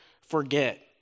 forget